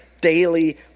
daily